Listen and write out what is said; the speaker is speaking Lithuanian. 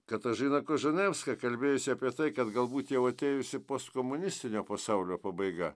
katažina koženevska kalbėjusi apie tai kad galbūt jau atėjusi postkomunistinio pasaulio pabaiga